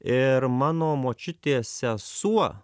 ir mano močiutės sesuo